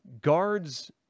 guards –